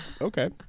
okay